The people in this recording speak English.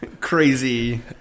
crazy